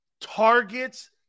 targets